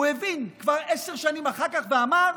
הוא הבין כבר עשר שנים אחר כך ואמר: